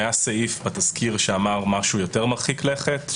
היה סעיף בתזכיר שאמר משהו יותר מרחיק לכת,